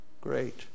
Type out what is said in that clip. Great